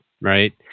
right